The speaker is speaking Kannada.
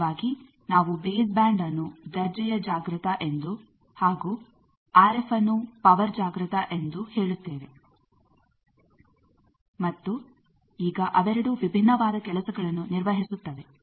ಸಾಮಾನ್ಯವಾಗಿ ನಾವು ಬೇಸ್ ಬ್ಯಾಂಡ್ ಅನ್ನು ದರ್ಜೆಯ ಜಾಗೃತ ಎಂದು ಹಾಗೂ ಆರ್ ಎಫ್ ಅನ್ನು ಪವರ್ ಜಾಗೃತ ಎಂದು ಹೇಳುತ್ತೇವೆ ಮತ್ತು ಈಗ ಅವೆರಡು ವಿಭಿನ್ನವಾದ ಕೆಲಸಗಳನ್ನು ನಿರ್ವಹಿಸುತ್ತವೆ